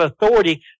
authority